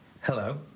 Hello